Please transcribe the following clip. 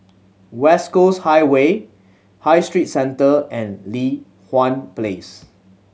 West Coast Highway High Street Centre and Li Hwan Place